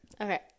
Okay